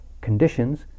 conditions